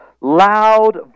loud